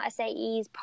SAEs